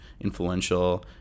influential